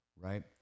Right